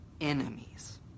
enemies